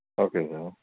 okay sir